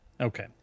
Okay